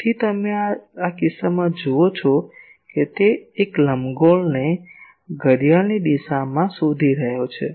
તેથી તમે આ કિસ્સામાં જુઓ છો કે તે એક લંબગોળને ઘડિયાળની દિશામાં દિશામાં શોધી રહ્યો છે